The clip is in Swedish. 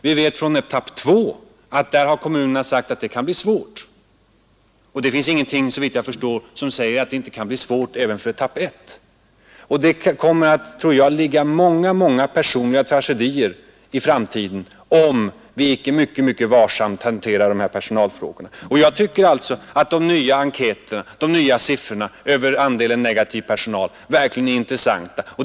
I vad gäller etapp 2 har kommunerna sagt att det kan bli svårt, och såvitt jag förstår finns det ingenting som säger att det inte blir svårt också för etapp 1. Det kommer att bli många tragedier i framtiden om vi inte hanterar dessa personalfrågor mycket varsamt. Jag tycker att de nya siffrorna över andelen negativ personal är intressanta.